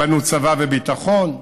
בנו צבא וביטחון,